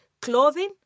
clothing